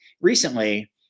recently